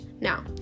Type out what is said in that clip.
Now